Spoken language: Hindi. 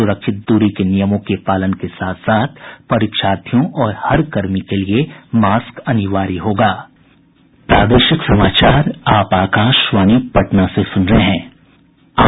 सुरक्षित दूरी के नियमों के पालन के साथ साथ परीक्षार्थियों और हर कर्मी के लिए मास्क अनिवार्य किया गया है